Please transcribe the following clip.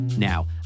Now